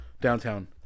downtown